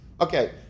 Okay